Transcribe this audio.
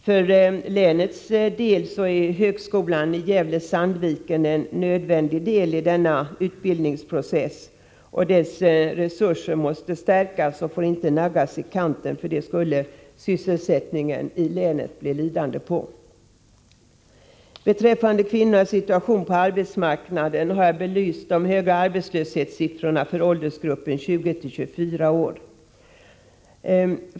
För länets del är högskolan i Gävle-Sandviken en nödvändig del i denna utbildningsprocess. Dess resurser måste stärkas och får inte naggas i kanten — för det skulle sysselsättningen i länet bli lidande på. Beträffande kvinnornas situation på arbetsmarknaden har jag belyst de höga arbetslöshetssiffrorna för åldersgruppen 20-24 år.